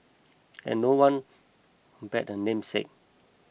and no one compared him namesake